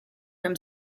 from